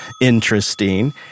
interesting